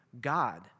God